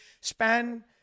span